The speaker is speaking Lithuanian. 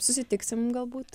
susitiksim galbūt